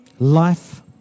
Life